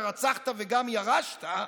"הרצחת וגם ירשת",